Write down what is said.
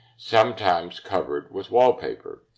sometimes covered with wallpaper.